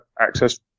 access